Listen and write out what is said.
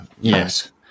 Yes